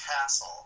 castle